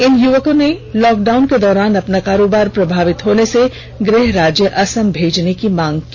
इन युवकों ने lockdown के दौरान अपना कारोबार प्रभावित होने से गृह राज्य असम भेजने की मांग की